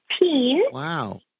Wow